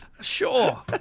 Sure